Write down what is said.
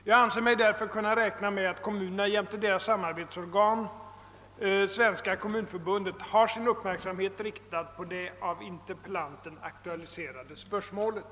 Jag anser mig därför kunna räkna med att kommunerna jämte deras samarbetsorgan, Svenska kommunförbundet, har sin uppmärksamhet riktad på det av interpellanten aktualiserade spörsmålet.